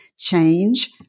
Change